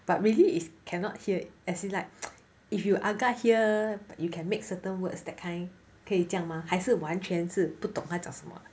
but really is cannot hear as in like if you agak here you can make certain words that kind 可以这样吗还是完全字不懂他讲什么